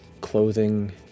clothing